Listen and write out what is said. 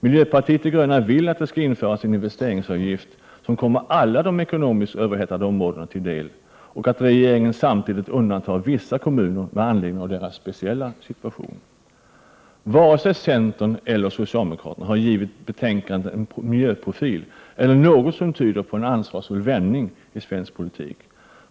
Miljöpartiet de gröna vill att det skall införas en investeringsavgift som kommer alla de ekonomiskt överhettade områdena till del och att regeringen samtidigt undantar vissa kommuner med anledning av deras speciella situation. Varken centern eller socialdemokraterna har givit betänkandet en miljöprofil eller något som tyder på en ansvarsfull vändning i svensk politik.